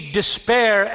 despair